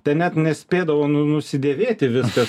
ten net nespėdavo nu nusidėvėti viskas